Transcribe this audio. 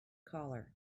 collar